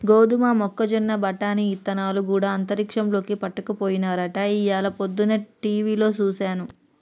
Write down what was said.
గోదమ మొక్కజొన్న బఠానీ ఇత్తనాలు గూడా అంతరిక్షంలోకి పట్టుకపోయినారట ఇయ్యాల పొద్దన టీవిలో సూసాను